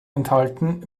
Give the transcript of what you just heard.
enthalten